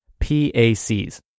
PACs